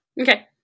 Okay